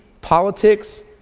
politics